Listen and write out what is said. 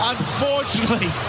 Unfortunately